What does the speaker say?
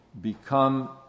become